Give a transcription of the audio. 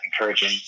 encouraging